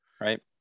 right